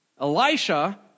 Elisha